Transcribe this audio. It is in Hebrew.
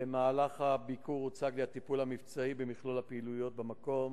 במהלך הביקור הוצג לי הטיפול המבצעי במכלול הפעילויות במקום,